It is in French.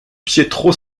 pietro